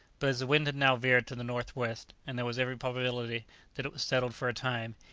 but as the wind had now veered to the north-west, and there was every probability that it was settled for a time,